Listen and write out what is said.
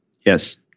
Yes